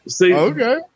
Okay